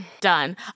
Done